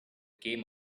came